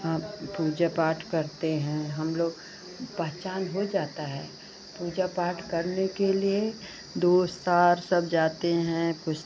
हम पूजा पाठ करते हैं हम लोग पहचान हो जाती है पूजा पाठ करने के लिए दोस्त और सब जाते हैं